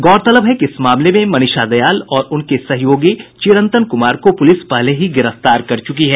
गौरतलब है कि इस मामले में मनीषा दयाल और उनके सहयोगी चिरंतन कुमार को पुलिस पहले ही गिरफ्तार कर चुकी है